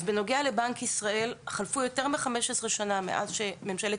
בנוגע לבנק ישראל חלפו יותר מ-15 שנה מאז שממשלת